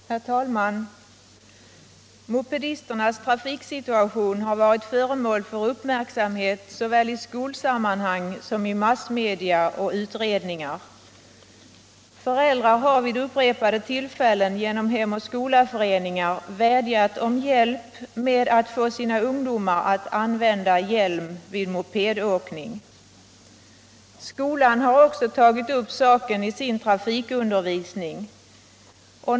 Herr talman! Mopedisternas trafiksituation har varit föremål för uppmärksamhet såväl i skolsammanhang som i massmedia och i utredningar. Föräldrar har vid upprepade tillfällen genom hem och skola-föreningar vädjat om hjälp med att få sina ungdomar att använda hjälm vid mopedåkning. Skolan har också tagit upp saken i sin trafikundervisning.